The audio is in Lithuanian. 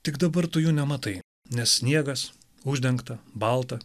tik dabar tu jų nematai nes sniegas uždengta balta